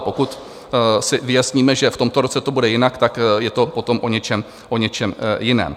Pokud si vyjasníme, že v tomto roce to bude jinak, tak je to potom o něčem jiném.